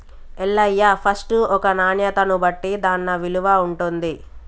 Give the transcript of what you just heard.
Ellaiah first ఒక నాణ్యతను బట్టి దాన్న విలువ ఉంటుంది